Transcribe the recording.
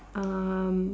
um